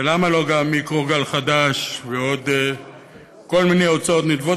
ולמה לא גם מיקרוגל חדש ועוד כל מיני הוצאות נלוות?